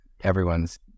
everyone's